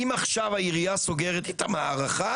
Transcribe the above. אם עכשיו העירייה סוגרת איתם הארכה,